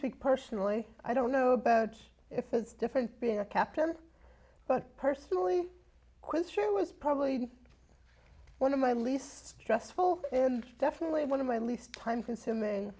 speak personally i don't know about if it's different being a captain but personally quiz show was probably one of my least stressful and definitely one of my least time consuming